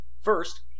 First